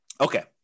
Okay